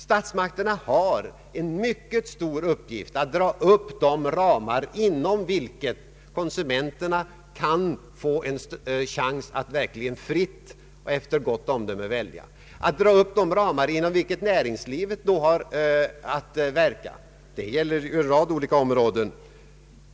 Statsmakterna har en mycket stor uppgift att dra upp de ramar, inom vilka konsumenterna kan få en chans att verkligen fritt och efter gott omdöme välja, och att dra upp de gränser inom vilka näringslivet då har att verka. Det gäller en rad olika områden.